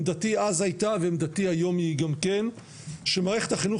עמדתי אז היתה ועמדתי היום היא גם כן שמערכת החינוך